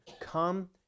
come